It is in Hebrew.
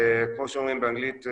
וכמו שאומרים באנגלית,